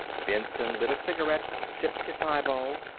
benson lit a cigarette, sipped his highball.